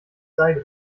seide